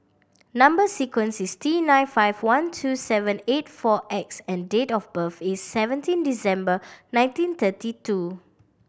number sequence is T nine five one two seven eight four X and date of birth is seventeen December nineteen thirty two